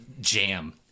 jam